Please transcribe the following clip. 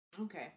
Okay